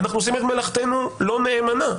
אנחנו עושים את מלאכתנו לא נאמנה.